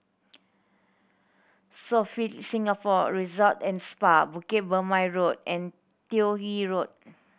Sofitel Singapore Resort and Spa Bukit Purmei Road and Toh Yi Road